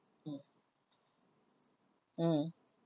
mm mm